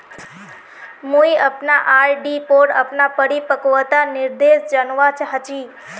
मुई अपना आर.डी पोर अपना परिपक्वता निर्देश जानवा चहची